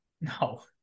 No